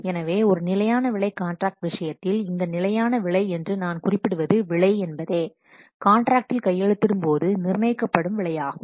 எனவே ஒரு நிலையான விலை காண்ட்ராக்ட் விஷயத்தில் இந்த நிலையான விலை என்று நான் குறிப்பிடுவது விலை என்பதே காண்ட்ராக்டில் கையெழுத்திடும்போது நிர்ணயிக்கப்படும் விலையாகும்